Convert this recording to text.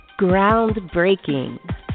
Groundbreaking